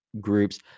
groups